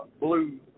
blue